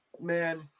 man